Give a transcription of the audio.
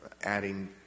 adding